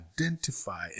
identify